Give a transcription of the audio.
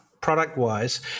product-wise